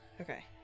Okay